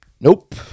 Nope